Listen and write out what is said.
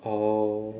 oh